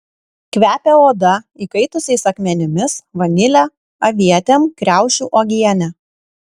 kvepia oda įkaitusiais akmenimis vanile avietėm kriaušių uogiene